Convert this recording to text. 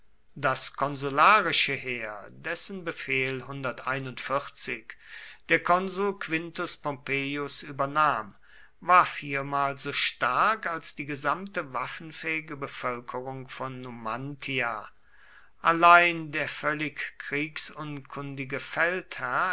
das konsularische heer dessen befehl der konsul quintus pompeius übernahm war viermal so stark als die gesamte waffenfähige bevölkerung von numantia allein der völlig